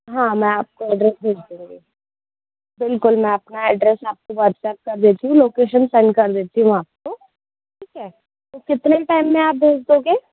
हाँ मैं आपको अड्रेस भेज दूंगी बिल्कुल मैं अपना अड्रेस आपको वॉट्सअप कर देती हूँ लोकेसन सेंड कर देती हूँ आपको ठीक है फिर कितने टाइम में आप भेज दोगे